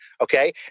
okay